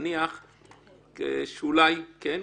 שאולי כן,